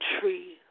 tree